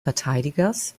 verteidigers